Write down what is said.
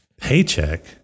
Paycheck